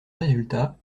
résultat